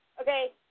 Okay